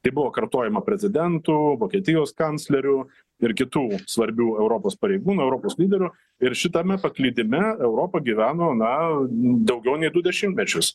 tai buvo kartojama prezidento vokietijos kanclerių ir kitų svarbių europos pareigūnų europos lyderių ir šitame paklydime europa gyveno na daugiau nei du dešimtmečius